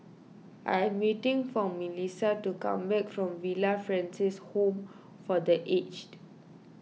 I am waiting for Milissa to come back from Villa Francis Home for the Aged